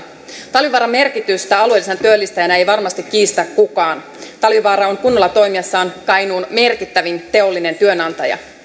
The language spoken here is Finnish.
talvivaaran merkitystä alueellisena työllistäjänä ei varmasti kiistä kukaan talvivaara on kunnolla toimiessaan kainuun merkittävin teollinen työnantaja